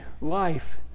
life